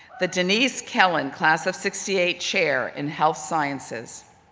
the denise kellen class of sixty eight chair in health sciences.